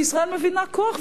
שישראל מבינה כוח,